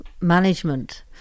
management